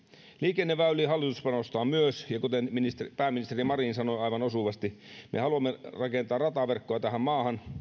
liikenneväyliin hallitus panostaa myös ja kuten pääministeri marin sanoi aivan osuvasti me haluamme rakentaa rataverkkoa tähän maahan